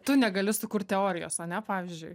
tu negali sukurt teorijos ane pavyzdžiui